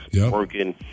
working